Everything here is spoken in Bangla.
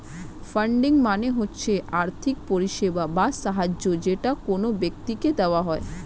ফান্ডিং মানে হচ্ছে আর্থিক পরিষেবা বা সাহায্য যেটা কোন ব্যক্তিকে দেওয়া হয়